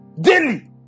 Daily